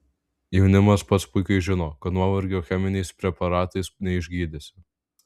jaunimas pats puikiai žino kad nuovargio cheminiais preparatais neišgydysi